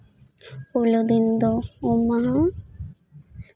ᱯᱳᱭᱞᱳ ᱫᱤᱱ ᱫᱚ ᱩᱢ ᱢᱟᱦᱟ